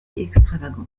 extravagant